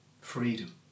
freedom